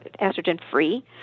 estrogen-free